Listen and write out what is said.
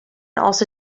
also